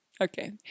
okay